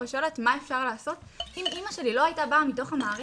ושואלת מה אפשר לעשות אם אימא שלי לא הייתה באה מתוך המערכת,